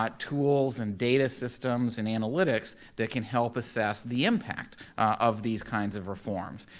but tools and data systems and analytics that can help assess the impact of these kinds of reforms.